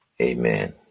Amen